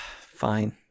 Fine